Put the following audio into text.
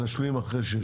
יחכו עם זה?